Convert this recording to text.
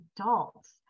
adults